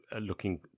looking